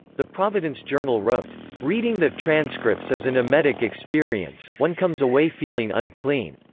the providence journal wrote, reading the transcripts is an emetic experience one comes away feeling unclean.